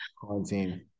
quarantine